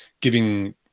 giving